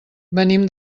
venim